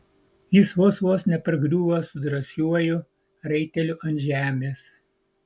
jis vos vos nepargriuvo su drąsiuoju raiteliu ant žemės